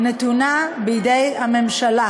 נתונה בידי הממשלה.